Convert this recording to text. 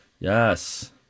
Yes